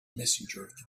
messages